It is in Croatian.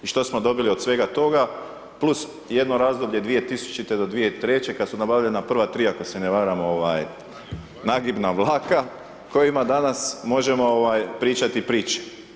I što smo dobili od svega toga, plus jedno razdoblje 200.-2003. kada su nabavljena prva tri, ako se ne varam nagibna vlaka, kojima danas možemo pričati priče.